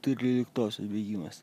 tryliktosios bėgimas